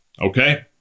okay